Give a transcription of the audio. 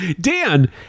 dan